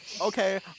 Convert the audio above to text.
Okay